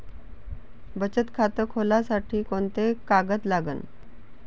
बचत खात खोलासाठी कोंते कागद लागन?